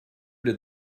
did